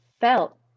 felt